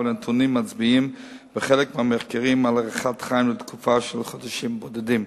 ובחלק מהמחקרים הנתונים מצביעים על הארכת חיים לתקופה של חודשים בודדים.